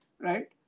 right